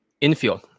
infield